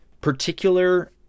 particular